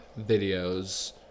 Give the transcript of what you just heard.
videos